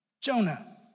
Jonah